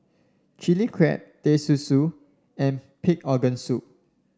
Chili Crab Teh Susu and Pig Organ Soup